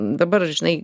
dabar žinai